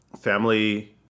Family